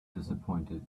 disappointed